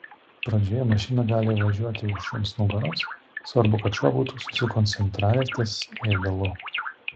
pradžioje mašina gali važiuoti už šuns nugaros svarbu kad šuo būtų susikoncentravęs ties ėdalu